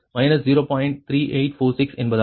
3846 என்பதால்